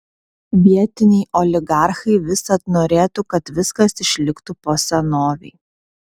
vietiniai oligarchai visad norėtų kad viskas išliktų po senovei